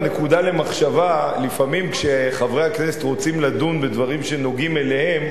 נקודה למחשבה: לפעמים כשחברי הכנסת רוצים לדון בדברים שנוגעים אליהם,